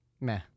Meh